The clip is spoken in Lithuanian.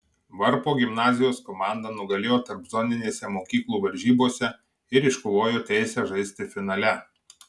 varpo gimnazijos komanda nugalėjo tarpzoninėse mokyklų varžybose ir iškovojo teisę žaisti finale